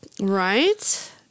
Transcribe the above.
Right